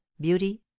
beauty